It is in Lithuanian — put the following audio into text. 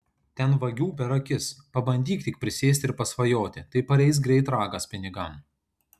ten vagių per akis pabandyk tik prisėsti ir pasvajoti tai pareis greit ragas pinigam